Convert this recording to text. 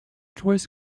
choice